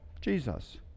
Jesus